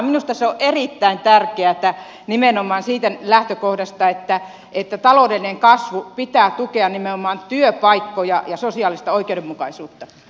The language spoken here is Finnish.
minusta se on erittäin tärkeätä nimenomaan siitä lähtökohdasta että taloudellisen kasvun pitää tukea nimenomaan työpaikkoja ja sosiaalista oikeudenmukaisuutta